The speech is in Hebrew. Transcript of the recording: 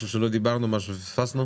משהו שלא דיברנו, משהו שפספסנו?